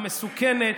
המסוכנת,